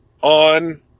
on